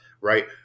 right